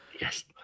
Yes